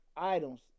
Items